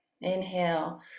Inhale